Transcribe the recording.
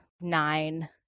nine